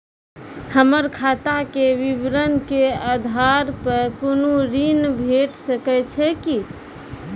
हमर खाता के विवरण के आधार प कुनू ऋण भेट सकै छै की?